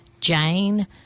Jane